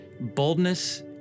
boldness